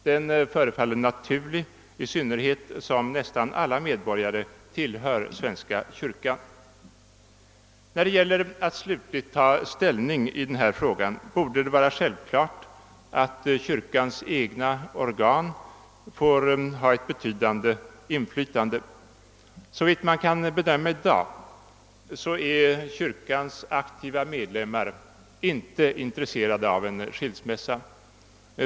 Den förefaller naturlig, i synnerhet som nästan alla medborgare tillhör svenska kyrkan. När det gäller att slutligt ta ställning till denna fråga borde det vara självklart att kyrkans egna organ får ha ett betydande inflytande. Såvitt man kan bedöma i dag är kyrkans aktiva medlemmar inte intresserade av en skilsmässa.